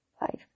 five